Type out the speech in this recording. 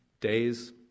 days